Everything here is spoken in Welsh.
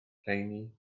rheini